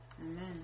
Amen